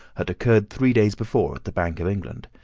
had occurred three days before at the bank of england.